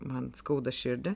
man skauda širdį